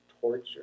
torture